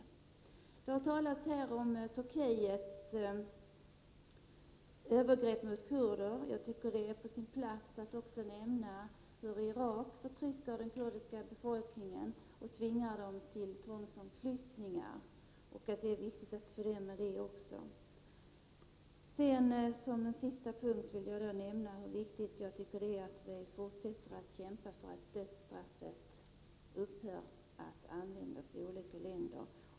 Det har talats om Turkiets övergrepp mot kurderna. Jag tycker att det är på sin plats att också nämna hur Irak förtrycker den kurdiska befolkningen och driver den till tvångsförflyttningar. Det är viktigt att vi fördömer det också. Som sista punkt vill jag nämna hur viktigt jag tycker att det är att vi fortsätter att kämpa för att dödsstraffet upphör att användas i olika länder.